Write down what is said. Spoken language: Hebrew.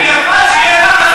בבקשה.